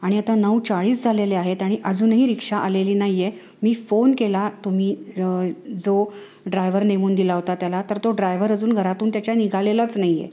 आणि आता नऊ चाळीस झालेले आहेत आणि अजूनही रिक्षा आलेली नाही आहे मी फोन केला तुम्ही र जो ड्रायवर नेमून दिला होता त्याला तर तो ड्रायवर अजून घरातून त्याच्या निघालेलाच नाही आहे